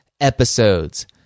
Episodes